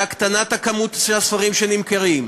להקטנת כמות הספרים שנמכרים,